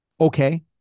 okay